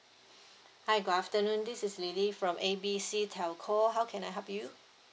hi good afternoon this is lily from A B C telco how can I help you